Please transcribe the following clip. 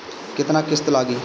केतना किस्त लागी?